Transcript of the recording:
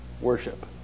worship